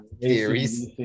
theories